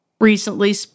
recently